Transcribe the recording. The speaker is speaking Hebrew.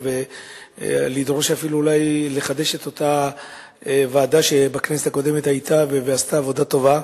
ולדרוש אולי לחדש את אותה ועדה שהיתה בכנסת הקודמת ועשתה עבודה טובה,